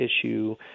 issue